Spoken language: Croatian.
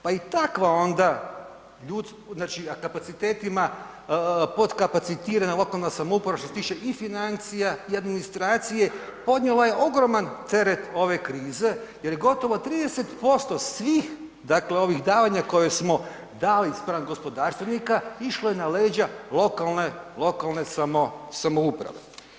Pa i takva onda, znači kapacitetima potkapacitirana lokalna samouprava što se tiče i financija i administracije, podnijela je ogroman teret ove krize jer je gotovo 30% svih dakle ovih davanja koje smo dali spram gospodarstvenika, išlo je na leđa lokalne samouprave.